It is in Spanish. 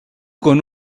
con